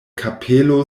kapelo